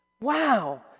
wow